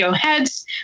heads